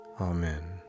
Amen